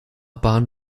bahn